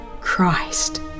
Christ